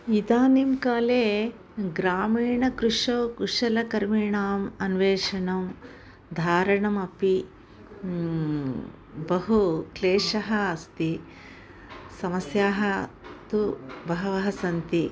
इदानीं काले ग्रामीणकृषौ कुशलकर्मिणाम् अन्वेषणे धारणे पि बहु क्लेशः अस्ति समस्याः तु बह्व्यः सन्ति